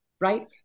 Right